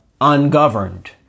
ungoverned